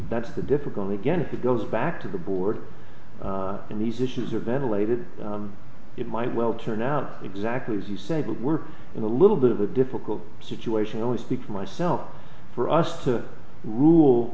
that's the difficulty again if it goes back to the board and these issues are ventilated it might well turn out exactly as you say but we're in a little bit of a difficult situation i only speak for myself for us to rule